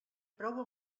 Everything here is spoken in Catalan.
prou